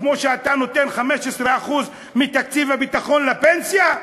כמו שאתה נותן 15% מתקציב הביטחון לפנסיה,